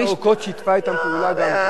ותקופות ארוכות שיתפה אתם פעולה גם כן.